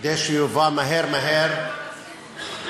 כדי שיובא מהר מהר לדיון